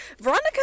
Veronica